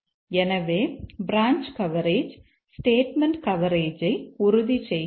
எனவே branch coverage statement கவரேஜை உறுதி செய்கிறது